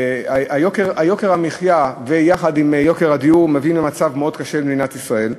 יוקר המחיה יחד עם יוקר הדיור מביאים למצב מאוד קשה במדינת ישראל,